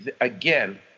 again